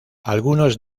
algunos